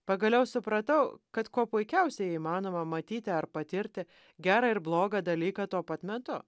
pagaliau supratau kad kuo puikiausiai įmanoma matyti ar patirti gerą ir blogą dalyką tuo pat metu